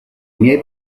miei